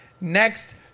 next